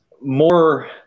more